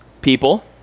people